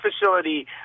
facility